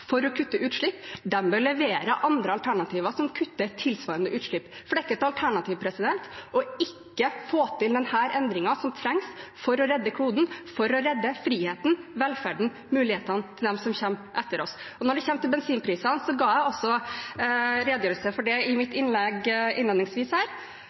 for å kutte utslipp, bør levere andre alternativer som kutter tilsvarende utslipp. For det er ikke et alternativ ikke å få til denne endringen som trengs for å redde kloden, friheten og velferden og redde mulighetene for dem som kommer etter oss. Når det kommer til bensinprisene, ga jeg en redegjørelse om det innledningsvis i